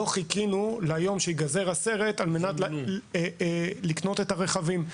לא חיכינו ליום שייגזר הסרט על מנת לקנות את הרכבים.